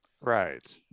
Right